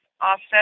offset